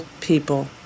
people